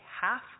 half